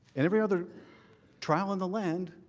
and every other trial in the land.